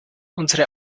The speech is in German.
unsere